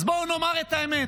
אז בואו נאמר את האמת.